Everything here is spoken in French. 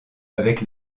avec